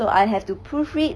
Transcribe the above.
so I have to proofread